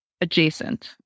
adjacent